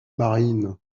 marines